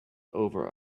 over